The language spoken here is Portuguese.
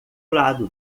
lado